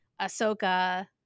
ahsoka